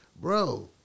bro